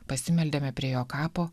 pasimeldėme prie jo kapo